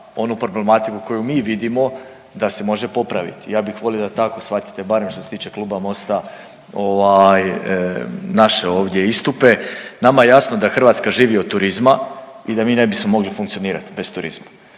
onu problematiku koju mi vidimo da se može popraviti. Ja bih volio da tako shvatite barem što se tiče Kluba MOST-a ovaj naše ovdje istupe. Nama je jasno da Hrvatska živi od turizma i da mi ne bismo mogli funkcionirati bez turizma.